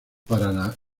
para